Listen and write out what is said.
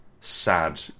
sad